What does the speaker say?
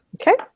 Okay